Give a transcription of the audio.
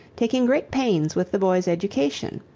taking great pains with the boy's education.